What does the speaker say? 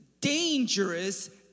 dangerous